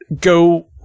go